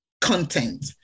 content